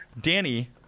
Danny